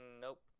Nope